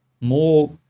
more